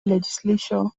legislature